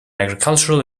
agricultural